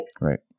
right